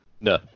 No